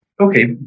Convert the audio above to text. Okay